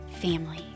family